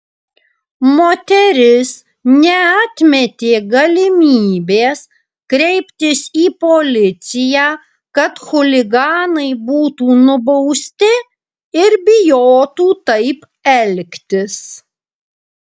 moteris neatmetė galimybės kreiptis į policiją kad chuliganai būtų nubausti ir bijotų taip elgtis